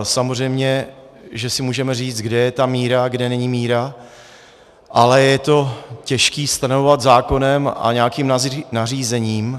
Samozřejmě že si můžeme říct, kde je ta míra, kde není míra, ale je to těžké stanovovat zákonem a nějakým nařízením.